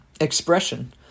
expression